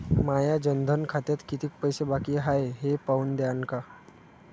माया जनधन खात्यात कितीक पैसे बाकी हाय हे पाहून द्यान का?